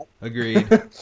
Agreed